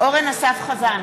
אורן אסף חזן,